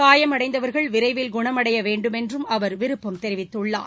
காயமடைந்தவர்கள் விரைவில் குணமடைய வேண்டும் என்றும் அவர் விருப்பம் தெரிவித்துள்ளார்